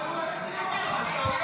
אבל הוא החזיר אותו.